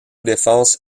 défense